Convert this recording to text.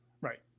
Right